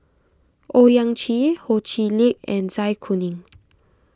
Owyang Chi Ho Chee Lick and Zai Kuning